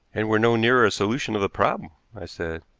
and we're no nearer a solution of the problem, i said.